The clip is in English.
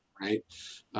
right